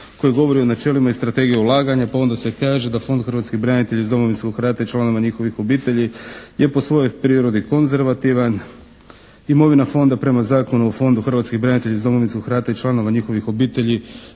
koja govori o načelima i strategiji ulaganja pa onda se kaže da Fond hrvatskih branitelja iz Domovinskog rata i članova njihovih obitelji je po svojoj prirodi konzervativan. Imovina Fonda prema Zakonu o Fondu hrvatskih branitelja iz Domovinskog rata i članova njihovih obitelji,